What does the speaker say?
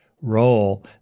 role